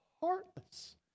heartless